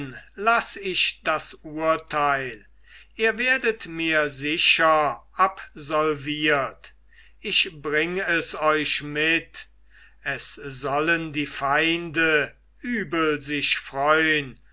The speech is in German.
laß ich das urteil ihr werdet mir sicher absolviert ich bring es euch mit es sollen die feinde übel sich freun